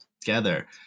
together